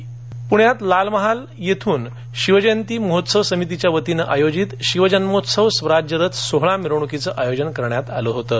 प्ण्यात लालमहाल येथून शिवजयंती महोत्सव समितीतर्फे आयोजित शिवजन्मोत्सव स्वराज्यरथ सोहळा मिरवण्कीच आयोजन करण्यात आलं होतं